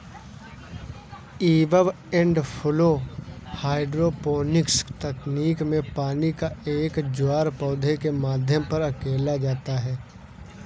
ebb and flow hydroponic तकनीक में पानी का एक ज्वार पौधे के माध्यम पर धकेला जाता है